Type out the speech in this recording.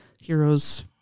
heroes